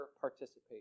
participate